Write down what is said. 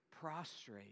prostrate